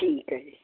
ਠੀਕ ਹ ਜੀ